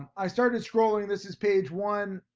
i started scrolling this is page one,